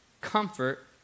comfort